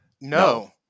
No